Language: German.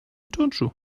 turnschuh